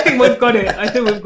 and we've got it, i think we've